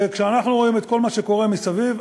כשאנחנו רואים את כל מה שקורה מסביב,